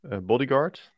bodyguard